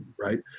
right